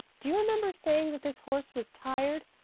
do you remember saying that this horse was tired?